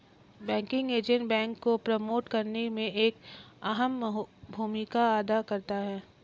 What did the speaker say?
banking agent bank को promote करने में एक अहम भूमिका अदा करता है